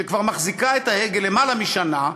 שכבר מחזיקה את ההגה למעלה משנה,